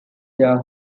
chair